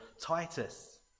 Titus